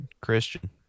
Christian